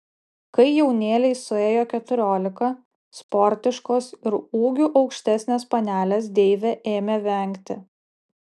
kai jaunėlei suėjo keturiolika sportiškos ir ūgiu aukštesnės panelės deivė ėmė vengti